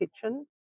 kitchen